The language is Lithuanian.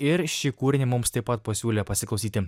ir šį kūrinį mums taip pat pasiūlė pasiklausyti